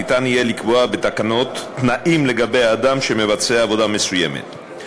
ניתן יהיה לקבוע בתקנות תנאים לגבי האדם שמבצע עבודה מסוימת.